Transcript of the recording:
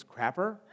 Crapper